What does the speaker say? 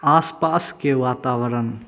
आसपासके वातावरण